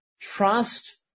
trust